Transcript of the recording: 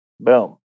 Boom